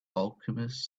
alchemist